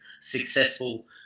successful